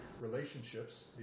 Relationships